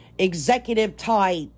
executive-type